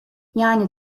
yani